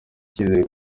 icyizere